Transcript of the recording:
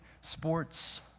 sports